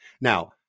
Now